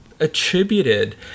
attributed